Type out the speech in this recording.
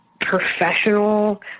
professional